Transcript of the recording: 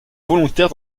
volontaire